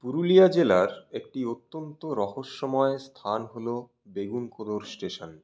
পুরুলিয়া জেলার একটি অত্যন্ত রহস্যময় স্থান হলো বেগুনকোদর স্টেশন